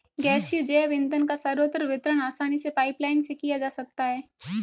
गैसीय जैव ईंधन का सर्वत्र वितरण आसानी से पाइपलाईन से किया जा सकता है